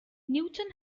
newton